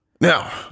Now